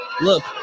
Look